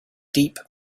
deep